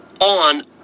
on